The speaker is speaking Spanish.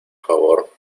favor